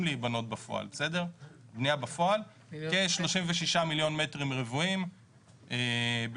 להיבנות בפועל כ-36 מיליון מ"ר במדינה.